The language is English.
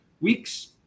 weeks